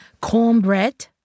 cornbread